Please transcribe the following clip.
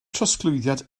trosglwyddiad